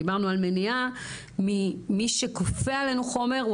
דיברנו על מניעה ממי שכופה עלינו חומר הוא